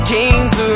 King's